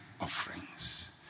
offerings